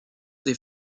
des